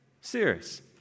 Serious